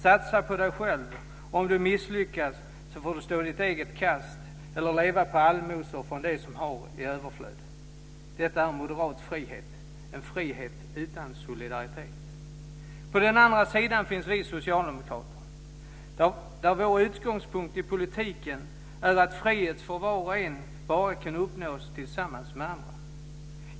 Satsa på dig själv! Om du misslyckas får du stå ditt eget kast eller leva på allmosor från dem som har i överflöd. Detta är moderat frihet, en frihet utan solidaritet. På andra sidan finns vi socialdemokrater. Vår utgångspunkt i politiken är att frihet för var och en bara kan uppnås tillsammans med andra.